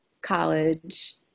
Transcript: college